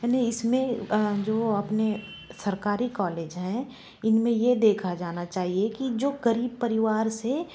मैंने इसमें जो अपने सरकारी कॉलेज है इनमें ये देखा जाना चाहिए कि जो गरीब परिवार से